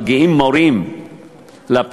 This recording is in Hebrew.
מגיעים מורים לפריפריה,